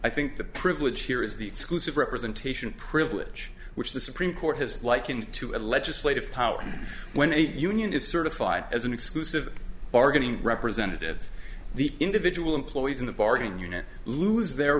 i think the privilege here is the exclusive representation privilege which the supreme court has likened to a legislative power when a union is certified as an exclusive bargaining representative the individual employees in the bargain unit lose their